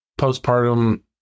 postpartum